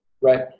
right